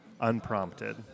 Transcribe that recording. unprompted